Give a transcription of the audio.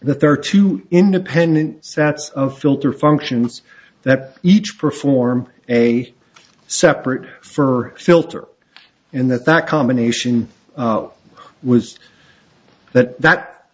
the thirty two independent sets of filter functions that each perform a separate for a filter in that that combination was that that